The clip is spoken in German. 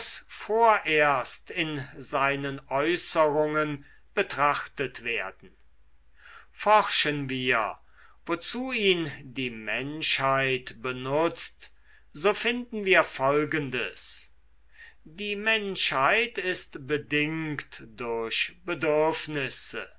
vorerst in seinen äußerungen betrachtet werden forschen wir wozu ihn die menschheit benutzt so finden wir folgendes die menschheit ist bedingt durch bedürfnisse